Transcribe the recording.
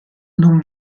non